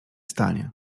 stanie